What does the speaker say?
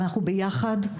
אנחנו ביחד,